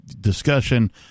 discussion